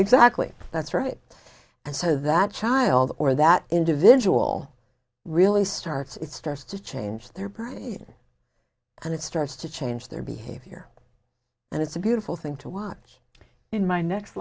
exactly that's right and so that child or that individual really starts it starts to change their brain and it starts to change their behavior and it's a beautiful thing to watch in my next